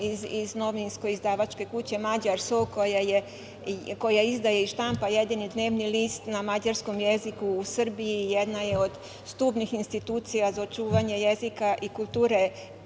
iz novinsko-izdavačke kuće „Mađar so“, koja izdaje i štampa jedini dnevni list na mađarskom jeziku u Srbiji i jedna je od stubnih institucija za očuvanje jezika i kulture